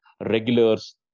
regulars